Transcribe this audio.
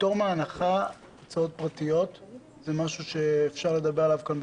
פטור מהנחה בהצעות פרטיות זה משהו שאפשר לדבר עליו כאן,